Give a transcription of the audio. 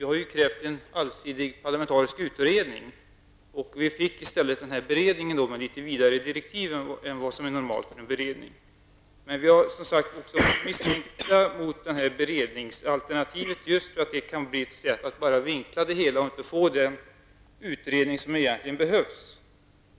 Vi har nu krävt en allsidig parlamentarisk utredning. I stället tillsattes denna beredning med något vidare direktiv än vad som är normalt för en beredning. Vi hyser dock misstro mot beredningsalternativet just för att det kan vara ett sätt att vinkla frågan, att inte tillsätta den utredning som behövs.